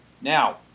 Now